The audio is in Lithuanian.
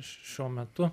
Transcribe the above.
š šiuo metu